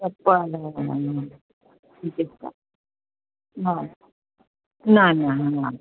हय ना ना ना